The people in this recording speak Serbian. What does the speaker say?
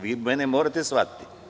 Vi mene morate da shvatite.